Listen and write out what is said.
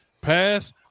pass